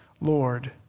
Lord